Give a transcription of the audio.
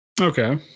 Okay